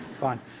fine